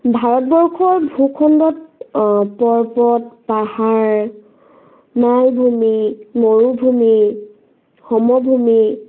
ভাৰতবৰ্ষৰ ভূখণ্ডত পৰ্বত পাহাৰ মালভূমি মৰুভূমি সমভূমি